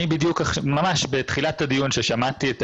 ממש בתחילת הדיון, כששמעתי את